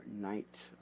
night